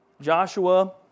Joshua